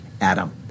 Adam